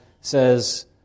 says